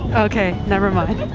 okay, nevermind.